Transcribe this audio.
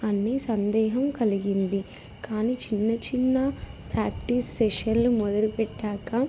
అన్న సందేహం కలిగింది కానీ చిన్న చిన్న ప్రాక్టీస్ సెషన్లు మొదలుపెట్టాక